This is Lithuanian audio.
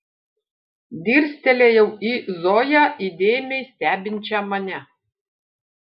dirstelėjau į zoją įdėmiai stebinčią mane